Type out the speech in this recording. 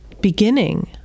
beginning